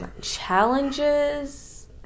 challenges